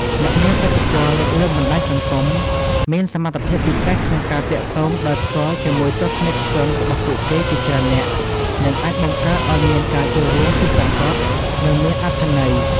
អ្នកមានឥទ្ធិពលលើបណ្ដាញសង្គម មានសមត្ថភាពពិសេសក្នុងការទាក់ទងដោយផ្ទាល់ជាមួយទស្សនិកជនរបស់ពួកគេជាច្រើននាក់ និងអាចបង្កើតឱ្យមានការចូលរួមពិតប្រាកដ និងមានអត្ថន័យ។